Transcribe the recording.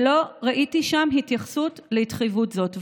ולא ראיתי שם התייחסות להתחייבות הזאת.